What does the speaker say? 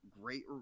great